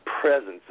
presence